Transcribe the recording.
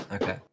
okay